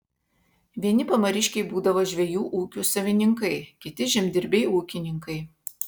vieni pamariškiai būdavo žvejų ūkių savininkai kiti žemdirbiai ūkininkai